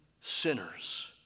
sinners